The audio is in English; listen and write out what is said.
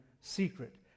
secret